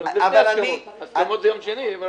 ועדת ההסכמות תהיה ביום שני.